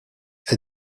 est